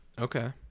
Okay